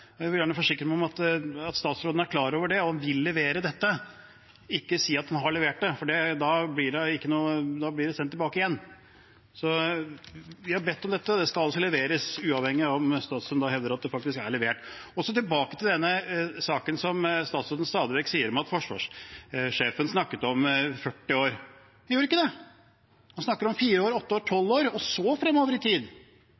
vil gjerne forsikre meg om at statsråden er klar over det og vil levere dette – ikke si at man har levert det, for da blir det sendt tilbake igjen. Vi har bedt om dette, og det skal altså leveres uavhengig av om statsråden da hevder at det faktisk er levert. Og så tilbake til den saken der statsråden stadig sier at forsvarssjefen snakker om 40 år. Han gjør ikke det. Han snakker om fire år, åtte år,